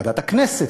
ועדת הכנסת,